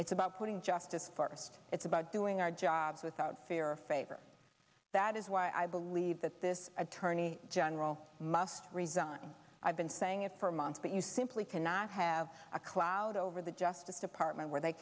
it's about putting justice first it's about doing our jobs without fear or favor that is why i believe that this attorney general must resign i've been saying it for months but you simply cannot have a cloud over the justice department where they